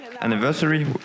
anniversary